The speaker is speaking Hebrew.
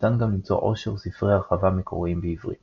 ניתן גם למצוא עושר ספרי הרחבה מקוריים בעברית